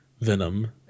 Venom